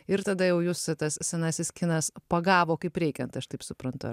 ir tada jau jus tas senasis kinas pagavo kaip reikiant aš taip suprantu